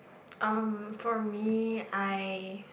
um for me I